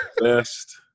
Best